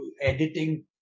editing